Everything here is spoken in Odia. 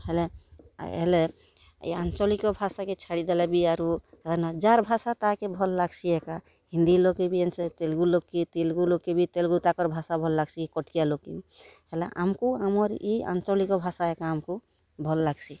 ହେଲେ ହେଲେ ଇ ଆଞ୍ଚଳିକ ଭାଷାକେ ଛାଡ଼ିଦେଲେ ବି ଆରୁ ଯାହାର୍ ଭାଷା ତାହାକେ ଭଲ୍ ଲାଗ୍ସି ଏକା ହିନ୍ଦୀ ଲୋକ୍କେ ବି ତେଲ୍ଗୁ ଲୋକ୍ ତେଲ୍ଗୁ ଲୋକ୍କେ ବି ତାଙ୍କର୍ ଭାଷା ଭଲ୍ ଲାଗ୍ସି କଟ୍କିଆ ଲୋକ୍ ହେଲା ଆମ୍କୁ ଆମର୍ ଇ ଆଞ୍ଚଳିକ ଭାଷା ଏକା ଆମ୍କୁ ଭଲ୍ ଲାଗ୍ସି